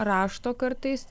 rašto kartais